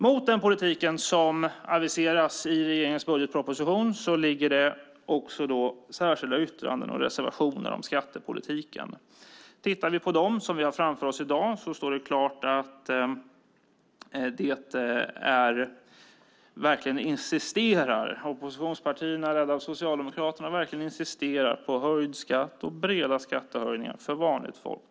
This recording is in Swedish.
Mot den politik som aviseras i regeringens budgetproposition finns särskilda yttranden och reservationer om skattepolitiken. Av dem vi har framför oss i dag står det klart att oppositionspartierna, ledda av Socialdemokraterna, insisterar på höjd skatt och breda skattehöjningar för vanligt folk.